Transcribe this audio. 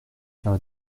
faire